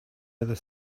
other